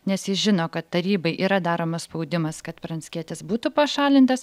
nes jis žino kad tarybai yra daromas spaudimas kad pranckietis būtų pašalintas